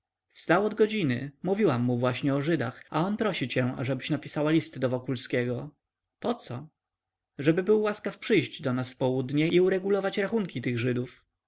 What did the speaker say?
wstał od godziny mówiłam mu właśnie o żydach a on prosi się ażebyś napisała list do wokulskiego poco żeby był łaskaw przyjść do nas w południe i uregulować rachunki tych żydów